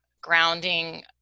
grounding